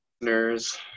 listeners